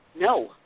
no